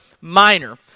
Minor